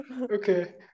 Okay